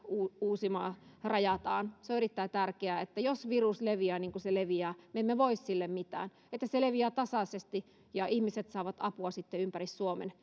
uusimaa rajataan se on erittäin tärkeää että jos virus leviää niin kuin se leviää me emme voi sille mitään niin se leviää tasaisesti ja ihmiset saavat apua sitten ympäri suomen